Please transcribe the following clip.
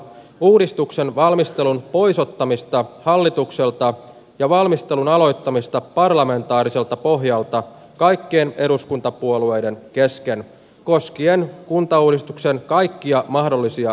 uudistuksen valmistelun pois ottamista hallitukselta ja valmistelun aloittamista parlamentaariselta pohjalta kaikkien eduskuntapuolueiden kesken koskien kuntauudistuksen kaikkia mahdollisia